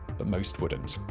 but most wouldn't.